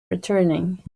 returning